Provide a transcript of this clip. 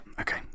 okay